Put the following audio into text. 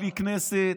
בלי כנסת,